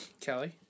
Kelly